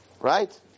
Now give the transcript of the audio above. Right